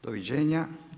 Doviđenja.